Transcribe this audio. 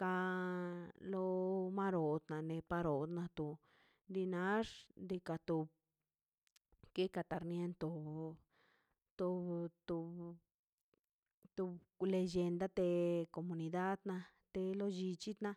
kan lo omarot nane parot nate dinax nikato ke kitarniento to to to lellenda ka lle te lo comunidad na te lo llichi na